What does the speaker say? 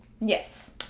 Yes